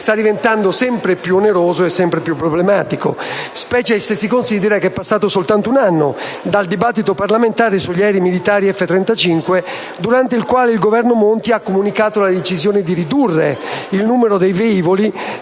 sta diventando sempre più oneroso e sempre più problematico, specie se si considera che è passato soltanto un anno dal dibattito parlamentare sugli aerei militari F-35, durante il quale il Governo Monti ha comunicato la decisione di ridurre il numero dei velivoli